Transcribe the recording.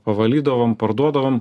pavalydavom parduodavom